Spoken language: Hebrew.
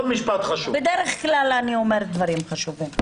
בדרך כלל אני אומרת דברים חשובים.